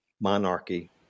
monarchy